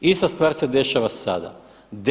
Ista stvar se dešava sada.